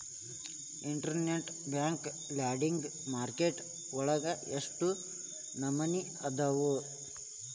Internet bank lending market ವಳಗ ಎಷ್ಟ್ ನಮನಿಅದಾವು?